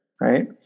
right